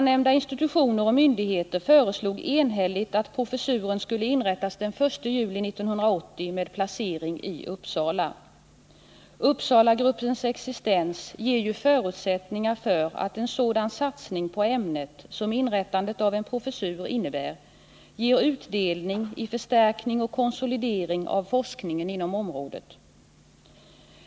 Nämnda institutioner och myndigheter föreslog enhälligt att professuren skulle inrättas den 1 juli 1980 med placering i Uppsala. Uppsalagruppens existens innebär ju förutsättningar för att en sådan satsning på ämnet, som inrättandet av en professur innebär, ger utdelning i form av förstärkning och konsolidering av forskningen inom området.